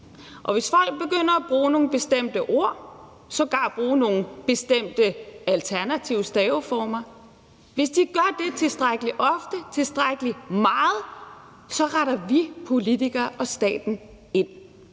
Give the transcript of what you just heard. Hvis folk begynder at bruge nogle bestemte ord, sågar bruge nogle bestemte alternative staveformer, og hvis de gør det tilstrækkelig ofte og tilstrækkelig meget, retter vi politikere og staten ind.